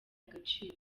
agaciro